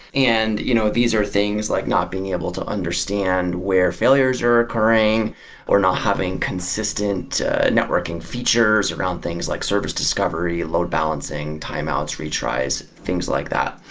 and you know these are things like not being able to understand where failures are occurring or not having consistent networking features around things like service discovery, load balancing, timeouts, retries, things like that.